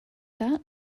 that